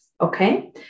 Okay